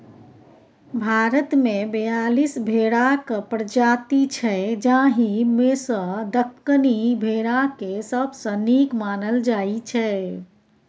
भारतमे बीयालीस भेराक प्रजाति छै जाहि मे सँ दक्कनी भेराकेँ सबसँ नीक मानल जाइ छै